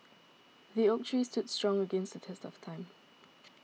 the oak tree stood strong against the test of time